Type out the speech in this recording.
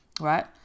right